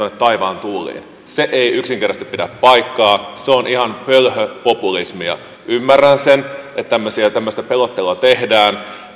taivaan tuuliin se ei yksinkertaisesti pidä paikkaansa se on ihan pölhöpopulismia ymmärrän sen että tämmöistä pelottelua tehdään